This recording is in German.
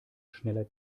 schneller